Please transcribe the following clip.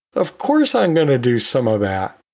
of course, i'm going to do some of that.